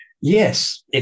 Yes